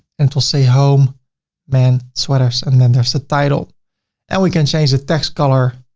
and it'll say home men sweaters, and then there's the title and we can change the text color.